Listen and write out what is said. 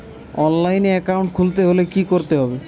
অনলাইনে একাউন্ট খুলতে হলে কি করতে হবে?